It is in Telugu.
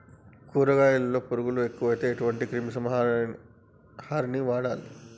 కూరగాయలలో పురుగులు ఎక్కువైతే ఎటువంటి క్రిమి సంహారిణి వాడాలి?